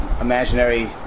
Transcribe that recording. imaginary